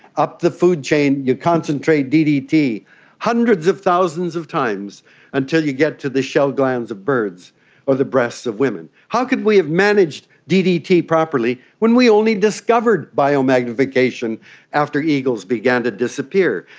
up the food chain you concentrate ddt hundreds of thousands of times until you get to the shell glands of birds or the breasts of women. how could we have managed ddt properly when we only discovered biomagnification after eagles began to disappear?